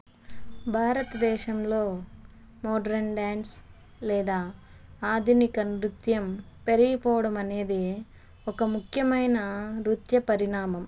భారతదేశంలో modern dance లేదా ఆధునిక నృత్యం పెరిగిపోవడమనేది ఒక ముఖ్యమైన నృత్య పరిణామం